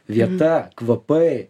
vieta kvapai